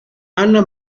anna